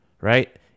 right